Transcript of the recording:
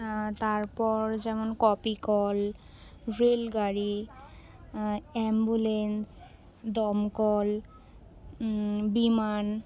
তারপর যেমন কপিকল রেলগাড়ি অ্যাম্বুলেন্স দমকল বিমান